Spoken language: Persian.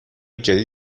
جدید